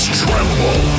tremble